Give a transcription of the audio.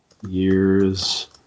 Years